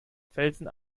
felsen